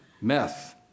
Meth